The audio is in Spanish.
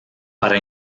para